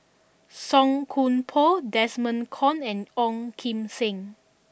Song Koon Poh Desmond Kon and Ong Kim Seng